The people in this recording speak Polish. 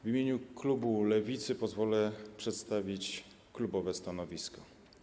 W imieniu klubu Lewicy pozwolę sobie przedstawić klubowe stanowisko.